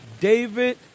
David